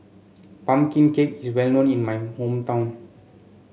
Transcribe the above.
pumpkin cake is well known in my hometown